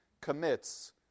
commits